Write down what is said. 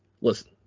listen